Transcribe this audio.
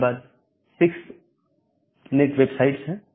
इसके बाद 6 net website है